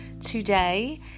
today